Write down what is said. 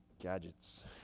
gadgets